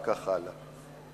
וכך הלאה.